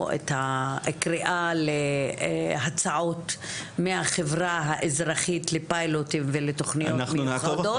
את הקריאה להצעות מהחברה האזרחית לפיילוטים ותכניות מיוחדות,